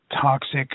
toxic